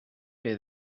pdf